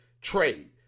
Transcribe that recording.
trade